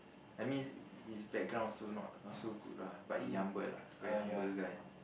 I mean his his background also not not so good lah but he humble lah very humble guy